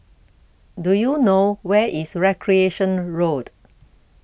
Do YOU know Where IS Recreation Road